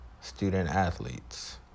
student-athletes